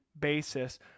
basis